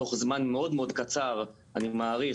תוך זמן מאוד מאוד קצר אני מעריך